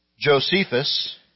Josephus